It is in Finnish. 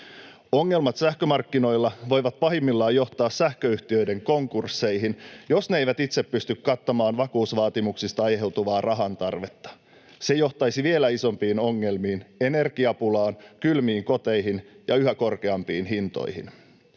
Ongelmat sähkömarkkinoilla voivat pahimmillaan johtaa sähköyhtiöiden konkursseihin, jos ne eivät itse pysty kattamaan vakuusvaatimuksista aiheutuvaa rahan tarvetta. Se johtaisi vielä isompiin ongelmiin: energiapulaan, kylmiin koteihin ja yhä korkeampiin hintoihin.